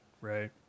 Right